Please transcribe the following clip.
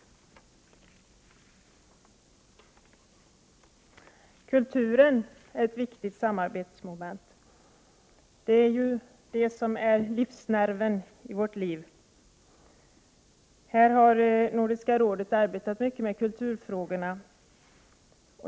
Kulturen är ett viktigt samarbetsmoment. Det är den som är vår livsnerv. Nordiska rådet har arbetat mycket med kulturfrågorna.